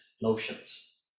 notions